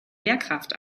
lehrkraft